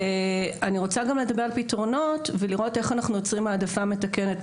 ואני רוצה גם לדבר על פתרונות ולראות איך אנחנו יוצרים העדפה מתקנת,